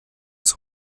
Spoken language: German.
als